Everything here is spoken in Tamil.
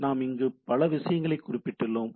நாம் இங்கு பல விஷயங்கள் குறிப்பிட்டுள்ளோம்